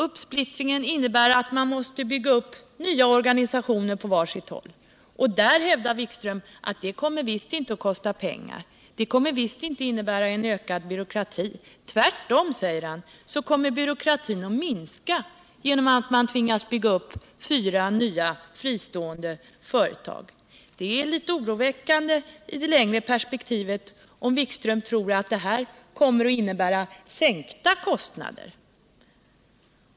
Uppsplittringen innebär att man måste bygga upp nya organisationer på var sitt håll. Jan-Erik Wikström hävdar att det visst inte kommer att kosta pengar, att det visst inte kommer att innebära ökad byråkrati. Tvärtom, säger han, kommer byråkratin att minska genom att man tvingas bygga upp fyra nya fristående företag. Det är litet oroväckande i det längre perspektivet, om Jan-Erik Wikström tror att uppsplittringen kommer att innebära sänkta kostnader.